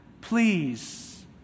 Please